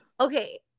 Okay